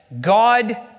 God